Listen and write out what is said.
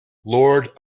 lord